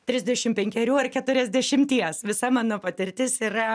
trisdešim penkerių ar keturiasdešimties visa mano patirtis yra